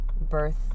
birth